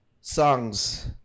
songs